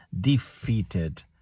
defeated